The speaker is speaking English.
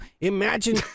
Imagine